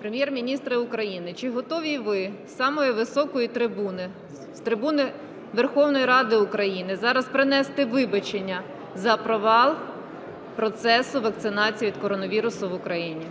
Прем'єр-міністре України, чи готові ви з самої високої трибуни, з трибуни Верховної Ради України, зараз принести вибачення за провал процесу вакцинації від коронавірусу в Україні?